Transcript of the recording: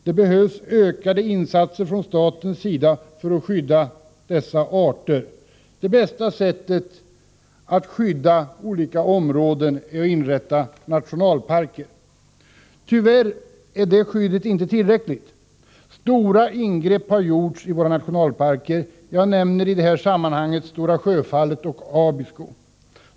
Det behövs ökade insatser från statens sida för att skydda dessa arter. Det bästa sättet att skydda olika områden är att inrätta nationalparker. Tyvärr är detta skydd inte tillräckligt. Stora ingrepp har gjorts i våra nationalparker. Jag nämner i det här sammanhanget Stora Sjöfallet och Abisko.